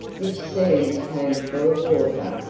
which soon became full of water,